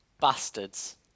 Bastards